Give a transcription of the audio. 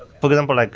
for example, like